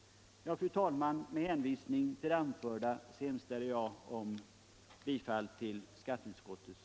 Fru talman! Med hänvisning till det anförda yrkar jag bifall till utskottets hemställan.